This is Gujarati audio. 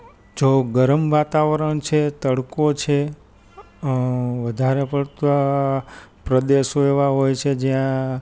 જો ગરમ વાતાવરણ છે તડકો છે વધારે પડતાં પ્રદેશો એવા હોય છે જ્યાં